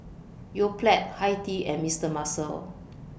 Yoplait Hi Tea and Mister Muscle